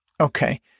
Okay